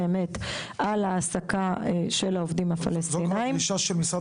אמת על ההעסקה של העובדים הפלשתינאים.